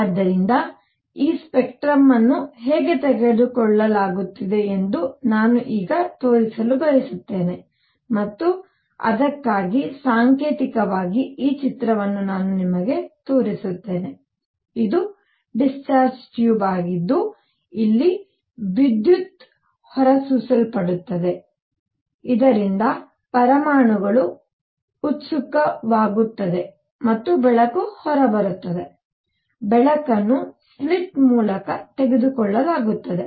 ಆದ್ದರಿಂದ ಈ ಸ್ಪೆಕ್ಟ್ರಮ್ ಅನ್ನು ಹೇಗೆ ತೆಗೆದುಕೊಳ್ಳಲಾಗಿದೆ ಎಂದು ನಾನು ಈಗ ತೋರಿಸಲು ಬಯಸುತ್ತೇನೆ ಮತ್ತು ಅದಕ್ಕಾಗಿ ಸಾಂಕೇತಿಕವಾಗಿ ಈ ಚಿತ್ರವನ್ನು ನಾನು ನಿಮಗೆ ತೋರಿಸುತ್ತೇನೆ ಇದು ಡಿಸ್ಚಾರ್ಜ್ ಟ್ಯೂಬ್ ಆಗಿದ್ದು ಅಲ್ಲಿ ವಿದ್ಯುತ್ ಹೊರಸೂಸಲ್ಪಡುತ್ತದೆ ಇದರಿಂದ ಪರಮಾಣುಗಳು ಉತ್ಸುಕವಾಗುತ್ತವೆ ಮತ್ತು ಬೆಳಕು ಹೊರಬರುತ್ತದೆ ಬೆಳಕನ್ನು ಸ್ಲಿಟ್ ಮೂಲಕ ತೆಗೆದುಕೊಳ್ಳಲಾಗುತ್ತದೆ